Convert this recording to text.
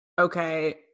Okay